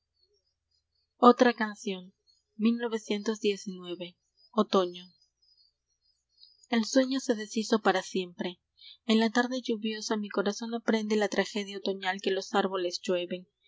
el sueño se deshizo para siempre y en la tarde brumosa mi corazón aprende la tragedia otoñal que los árboles llueven